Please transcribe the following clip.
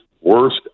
worst